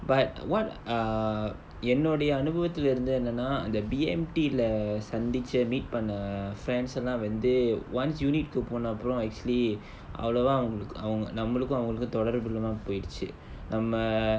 but what err என்னோடய அனுபவத்திலிருந்து என்னனா:ennoda anubavathilirunthu ennanaa the B_M_T lah சந்திச்ச:santhicha meet பண்ண:panna friends lah வந்து:vanthu once unit கு போன அப்புறம்:ku pona appuram actually அவளோவா அவங்களுக்கு அவங்க நம்மளுக்கு அவங்களுக்கு தொடர்பு இல்லாம போயிடிச்சு நம்ம:avalovaa avangalukku avanga nammalukku avangalukku thodarpu illaama poyiduchu namma